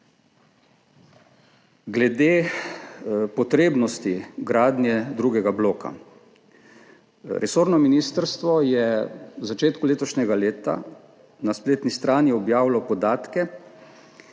Glede potrebnosti gradnje drugega bloka. Resorno ministrstvo je v začetku letošnjega leta na spletni strani objavilo podatke